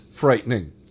frightening